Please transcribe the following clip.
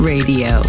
Radio